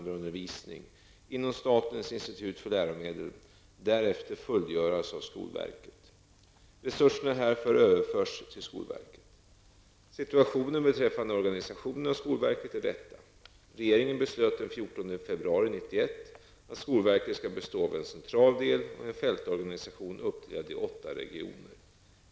Regeringen beslut den 14 februari 1991 att skolverket skall bestå av en central del och en fältorganisation uppdelad i åtta regioner.